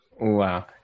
Wow